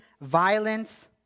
violence